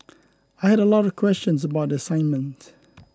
I had a lot of questions about the assignment